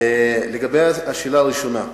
לגבי השאלה הראשונה,